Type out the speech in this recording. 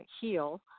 heal